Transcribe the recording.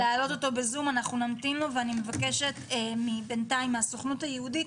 בינתיים נשמע את ולנטין לידסקי מהסוכנות היהודית,